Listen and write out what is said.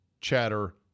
chatter